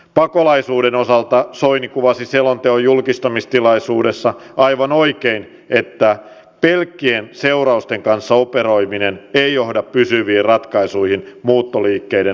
pakolaisuuden osalta soini kuvasi selonteon julkistamistilaisuudessa aivan oikein että pelkkien seurausten kanssa operoiminen ei johda pysyviin ratkaisuihin muuttoliikkeiden hallinnassa